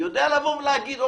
יודע להגיד.